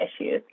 issues